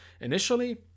Initially